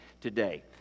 today